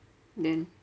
then